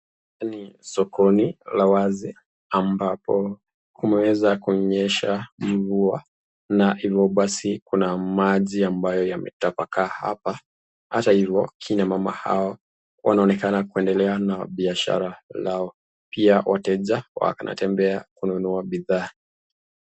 Ni sokoni la wazi ambapo kumeweza kunyesha mvua na hivo basi kuna maji ambayo yametapakaa hapa, hata hivo kina mama hawa wanaonekana kuendelea na biashara lao. Pia wateja wanatembea kununua bidhaa.